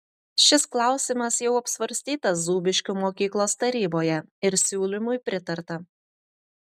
šis klausimas jau apsvarstytas zūbiškių mokyklos taryboje ir siūlymui pritarta